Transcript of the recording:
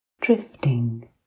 drifting